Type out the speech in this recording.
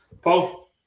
Paul